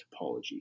topology